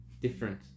different